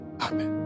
Amen